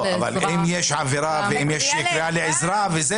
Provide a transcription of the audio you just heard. אם יש עבירה ואם יש קריאה לעזרה.